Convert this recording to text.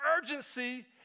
urgency